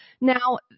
Now